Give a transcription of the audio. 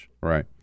Right